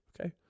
okay